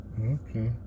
Okay